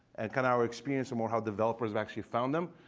and can our experience are more how developers actually found them?